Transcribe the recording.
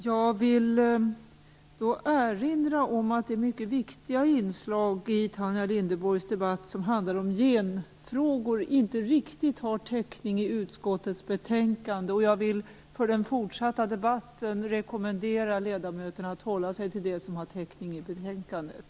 Jag vill erinra om att de mycket viktiga inslag i Tanja Linderborgs debattinlägg som handlar om genfrågor inte riktigt har täckning i utskottets betänkande. Jag vill för den fortsatta debatten rekommendera ledamöterna att hålla sig till det som har täckning i betänkandet.